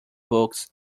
books